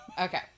okay